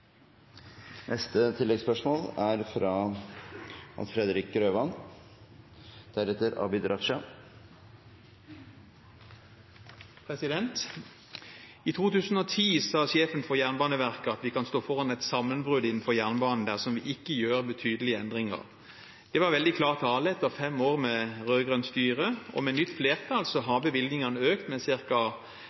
Hans Fredrik Grøvan – til oppfølgingsspørsmål. I 2010 sa sjefen for Jernbaneverket at vi kunne stå foran et sammenbrudd innenfor jernbanen dersom man ikke gjorde betydelige endringer. Det var veldig klar tale etter fem år med rød-grønt styre. Med nytt flertall har bevilgningene økt med